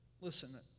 listen